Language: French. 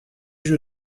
jeu